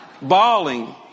Bawling